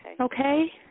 Okay